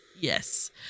Yes